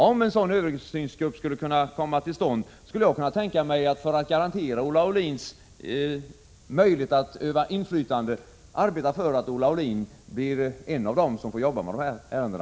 Om en sådan översynsgrupp kan komma till stånd, skulle jag kunna tänka mig, för att garantera Olle Aulins möjlighet att utöva inflytande, arbeta för att Olle Aulin blir en av dem som får jobba med dessa ärenden.